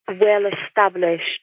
well-established